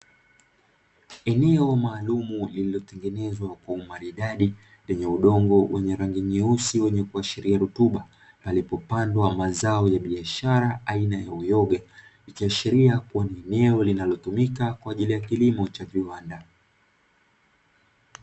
Eneo maalumu lililotengenezwa kwa umaridadi, lenye udongo wenye rangi nyeusi wenye kuonyesha rutuba , palipopandwa mazao ya biashara aina ya uyoga ikihashiria kuwani eneo linalotumika kwaajili ya kilimo Cha viwanda.